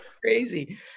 crazy